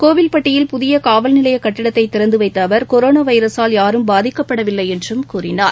கோவில்பட்டியில் புதிய காவல்நிலைய கட்டிடத்தை திறந்து வைத்த அவர் கொரோனா வைரஸால் யாரும் பாதிக்கப்படவில்லை என்றும் கூறினார்